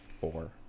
four